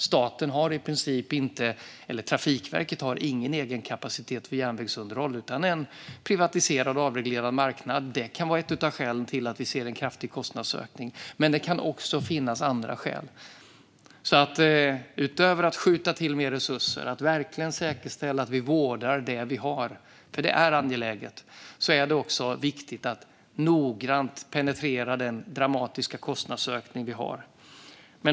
Staten eller Trafikverket har ingen egen kapacitet för järnvägsunderhåll, utan det är en privatiserad och avreglerad marknad. Detta kan vara ett av skälen till att vi ser en kraftig kostnadsökning, men det kan också finnas andra skäl. Utöver att skjuta till mer resurser och verkligen säkerställa att vi vårdar det vi har, vilket är angeläget, är det viktigt att noggrant penetrera den dramatiska kostnadsökning vi har.